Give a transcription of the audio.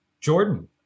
Jordan